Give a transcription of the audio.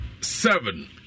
seven